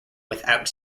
without